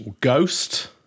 Ghost